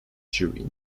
jury